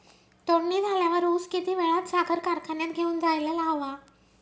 तोडणी झाल्यावर ऊस किती वेळात साखर कारखान्यात घेऊन जायला हवा?